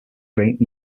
create